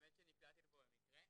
היא שנקלעתי לפה במקרה.